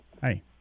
Hi